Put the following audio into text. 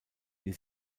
die